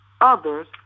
Others